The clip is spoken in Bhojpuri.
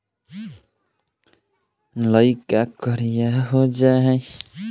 गेहूँ के सबसे उन्नत किस्म के बिज के बारे में बताई?